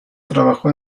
trabajó